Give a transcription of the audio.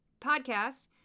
podcast